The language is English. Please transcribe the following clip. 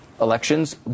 elections